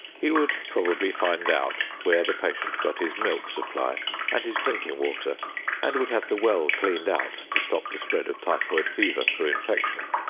he would probably find out where the patient got his milk supply and his drinking water and would have the well cleaned out to stop the spread of typhoid fever through infection.